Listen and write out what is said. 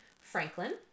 Franklin